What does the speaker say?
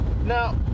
now